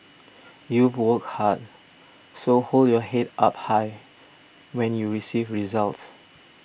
you've work hard so hold your head up high when you receive your results